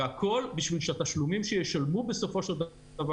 והכול בשביל שהתשלומים שישלמו בסופו של דבר